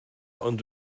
ond